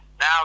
Now